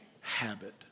habit